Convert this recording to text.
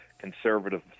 conservative